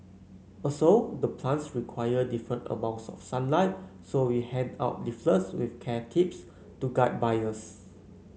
also the plants require different amounts of sunlight so we hand out leaflets with care tips to guide buyers